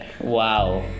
Wow